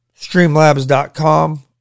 Streamlabs.com